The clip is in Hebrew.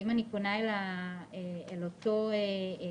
אם אני פונה אל אותו מעסיק